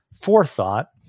forethought